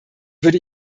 würde